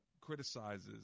criticizes